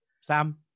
Sam